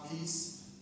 peace